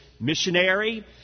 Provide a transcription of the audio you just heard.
missionary